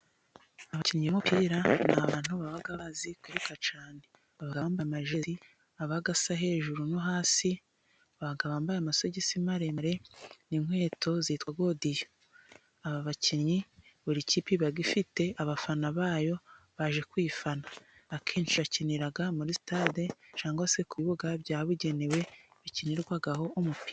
Abakinnyi b'umupira ni abantu baba bazi kwiruka cyane, baba bambaye amajiri aba asa hejuru no hasi, baba bambaye amasogisi maremare n'inkweto zitwa godiyo, aba bakinnyi buri kipe iba ifite abafana bayo baje kuyifana, akenshi bakinira muri sitade, cyangwa se ku bibuga byabugenewe bikinirwaho umupira.